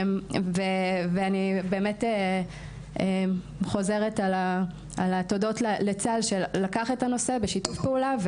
ואני באמת חוזרת על התודות לצה"ל שלקח את הנושא בשיתוף פעולה,